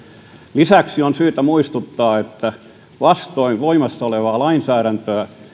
lisäksi on syytä muistuttaa että vastoin voimassa olevaa lainsäädäntöä